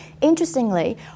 Interestingly